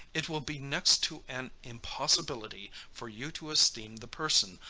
it will be next to an impossibility for you to esteem the person,